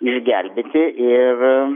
išgelbėti ir